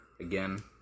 Again